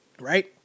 right